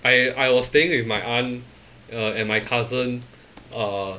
I I was staying with my aunt uh and my cousin err